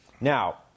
Now